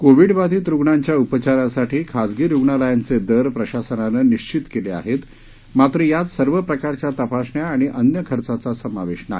Covid बाधित रुणांच्या उपचारासाठी खाजगी रुग्णालयांचे दर प्रशासनानं निश्वित केले आहेत मात्र यात सर्व प्रकारच्या तपासण्या आणि अन्य खर्चाचा समावेश नाही